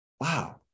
wow